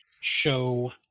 show